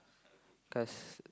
cause